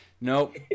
nope